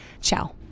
Ciao